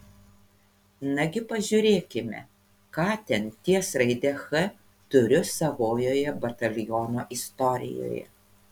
nagi pažiūrėkime ką ten ties raide ch turiu savojoje bataliono istorijoje